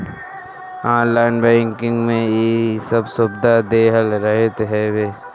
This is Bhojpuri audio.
ऑनलाइन बैंकिंग में इ सब सुविधा देहल रहत हवे